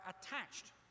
attached